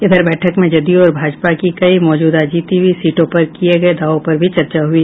इस बैठक में जदयू और भाजपा की कई मौजूदा जीती हुई सीटों पर किये गये दावों पर भी चर्चा हुई